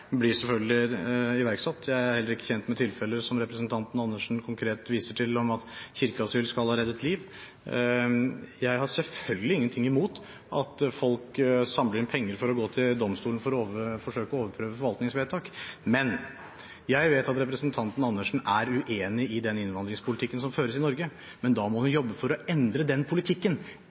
blir selvfølgelig iverksatt. Jeg er ikke kjent med tilfeller som representanten Andersen konkret viser til, om at kirkeasyl skal ha reddet liv. Jeg har selvfølgelig ingenting imot at folk samler inn penger for å gå til domstolen for å forsøke å overprøve forvaltningsvedtak. Men: Jeg vet at representanten Andersen er uenig i den innvandringspolitikken som føres i Norge, men da må hun jobbe for å endre den politikken